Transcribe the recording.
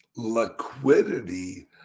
liquidity